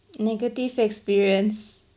negative experience